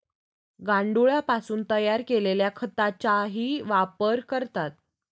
गांडुळापासून तयार केलेल्या खताचाही वापर करतात